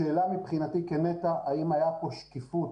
השאלה מבחינתי כנת"ע היא האם הייתה כאן שקיפות